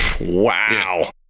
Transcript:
wow